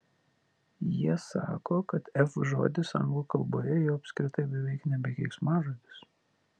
jie sako kad f žodis anglų kalboje jau apskritai beveik nebe keiksmažodis